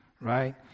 right